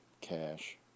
Cash